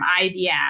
IBM